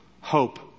hope